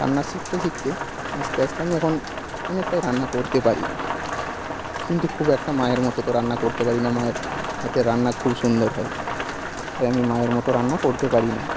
রান্না শিখতে শিখতে আস্তে আস্তে আমি এখন অনেকটাই রান্না করতে পারি কিন্তু খুব একটা মায়ের মতো তো রান্না করতে পারি না মায়ের হাতের রান্না খুব সুন্দর হয় তাই আমি মায়ের মতো রান্না করতে পারি না